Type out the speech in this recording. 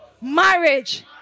marriage